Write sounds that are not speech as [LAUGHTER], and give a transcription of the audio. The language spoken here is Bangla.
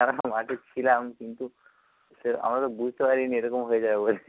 [UNINTELLIGIBLE] মাঠে ছিলাম কিন্তু সে আমরা তো বুঝতে পারিনি এরকম হয়ে যাবে বলে